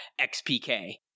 XPK